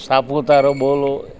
સાપુતારા બોલો